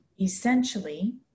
essentially